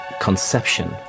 conception